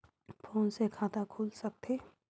Phone से खाता खुल सकथे?